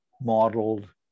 modeled